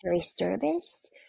service